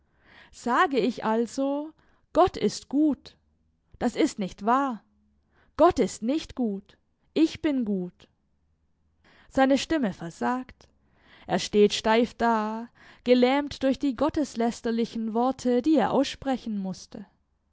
sage ich also gott ist gut das ist nicht wahr gott ist nicht gut ich bin gut seine stimme versagt er steht steif da gelähmt durch die gotteslästerlichen worte die er aussprechen mußte